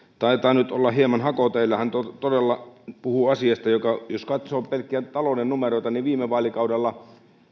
taitaa nyt olla hieman hakoteillä hän todella puhuu asiasta jossa jos katsoo pelkkiä talouden numeroita niin viime vaalikaudella